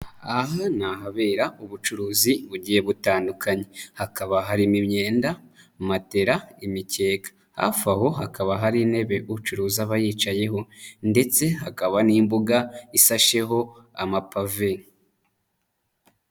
Aha ni ahabera ubucuruzi bugiye butandukanye, hakaba harimo imyenda, matera, imikeka. Hafi aho hakaba hari intebe ucuruza aba yicayeho ndetse hakaba n'imbuga ishasheho amapave.